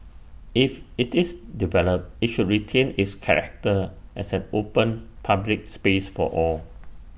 if IT is developed IT should retain its character as an open public space for all